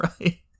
Right